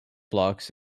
blocks